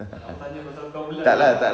aku tanya pasal engkau pula lah